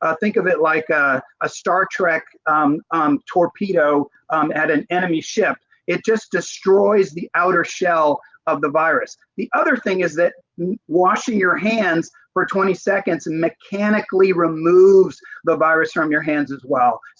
ah think of it like a ah star trek um torpedo at an enemy ship. it just destroys the outer shell of the virus. the other thing is that washing your hands for twenty seconds mechanically removes the virus from your hands as well.